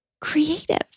creative